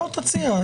בוא תציע.